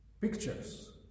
pictures